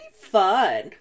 fun